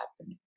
happening